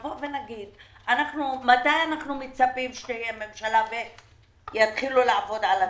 נגיד מתי אנחנו מצפים שתהיה ממשלה ויתחילו לעבוד על התקציב,